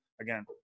Again